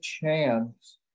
chance